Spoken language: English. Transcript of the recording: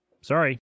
sorry